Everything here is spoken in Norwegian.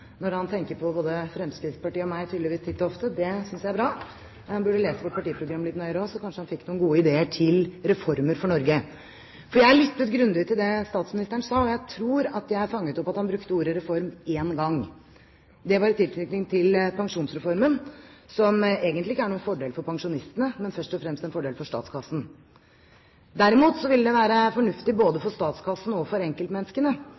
når han tydeligvis titt og ofte tenker på både Fremskrittspartiet og meg. Det synes jeg er bra, men han burde lese vårt partiprogram litt nøyere også, så kanskje han fikk noen gode ideer til reformer for Norge. For jeg lyttet grundig til det statsministeren sa, og jeg tror at jeg fanget opp at han brukte ordet «reform» én gang. Det var i tilknytning til pensjonsreformen, som egentlig ikke er noen fordel for pensjonistene, men først og fremst en fordel for statskassen. Derimot ville det være fornuftig både for statskassen og for enkeltmenneskene